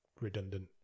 redundant